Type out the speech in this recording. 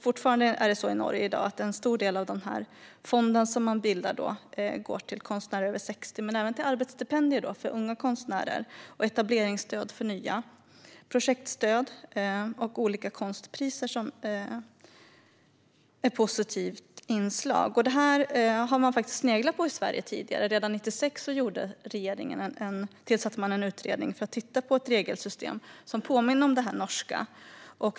Fortfarande är det så i Norge att en stor del av denna fonds tillgångar går till konstnärer över 60 år men även till arbetsstipendier till unga konstnärer, etableringsstöd, projektstöd och olika konstpriser som ett positivt inslag. Detta har man faktiskt sneglat på i Sverige tidigare. Redan 1996 tillsatte regeringen en utredning för att titta på ett regelsystem som påminner om det norska.